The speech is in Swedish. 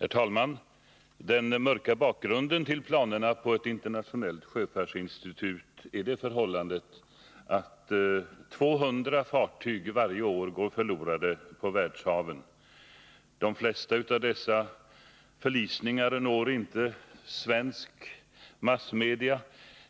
Herr talman! Den mörka bakgrunden till planerna på ett internationellt sjöfartsinstitut är det förhållandet att 200 fartyg varje år går förlorade på världshaven. De flesta av dessa förlisningar redovisas inte i svenska massmedia.